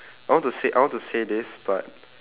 I want to say I want to say this but